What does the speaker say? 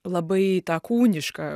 labai tą kūnišką